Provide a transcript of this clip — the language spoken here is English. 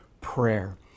prayer